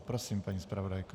Prosím, paní zpravodajko.